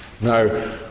Now